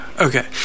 Okay